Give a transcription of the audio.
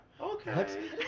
Okay